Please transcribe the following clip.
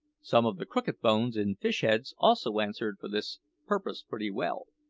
some of the crooked bones in fish-heads also answered for this purpose pretty well.